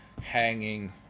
hanging